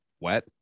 wet